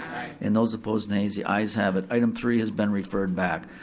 and those opposed, nays, the ayes have it. item three has been referred back.